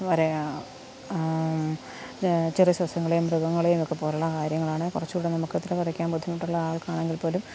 വരയാൻ ചെറിയ സസ്യങ്ങളെയും മൃഗങ്ങളെയും ഒക്കെ പോലുള്ള കാര്യങ്ങളാണ് കുറച്ചുകൂടെ നമുക്ക് എത്ര വരയ്ക്കാൻ ബുദ്ധിമുട്ടുള്ള ആൾക്ക് ആണെങ്കിൽപ്പോലും